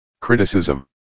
Criticism